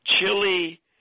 Chili